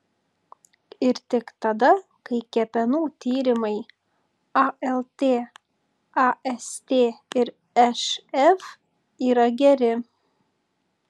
ir tik tada kai kepenų tyrimai alt ast ir šf yra geri